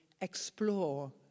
explore